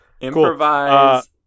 Improvise